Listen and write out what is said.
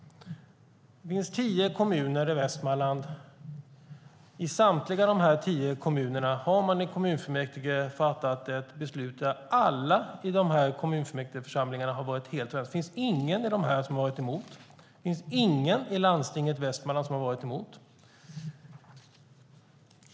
Det finns tio kommuner i Västmanland, och samtliga tio har i kommunfullmäktige fattat beslut där alla i dessa kommunfullmäktigeförsamlingar har varit helt ense. Det finns ingen som har varit emot. Det finns ingen i Landstinget Västmanland som har varit emot.